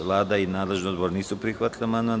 Vlada i nadležni odbor nisu prihvatili amandman.